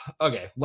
okay